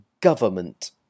government